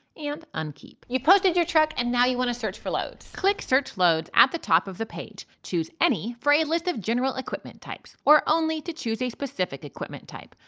and unkeep. you've posted your truck, and now you want to search for loads. click search loads at the top of the page, choose choose any for a list of general equipment types, or only to choose a specific equipment type.